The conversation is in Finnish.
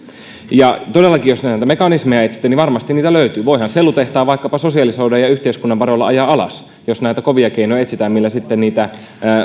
ja todellakin jos näitä mekanismeja etsitte niin varmasti niitä löytyy voihan sellutehtaan vaikkapa sosialisoida ja ja yhteiskunnan varoilla ajaa alas jos näitä kovia keinoja etsitään millä sitten niitä